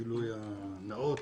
גילוי נאות,